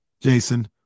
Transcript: Jason